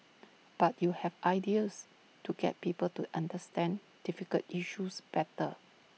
but you have ideas to get people to understand difficult issues better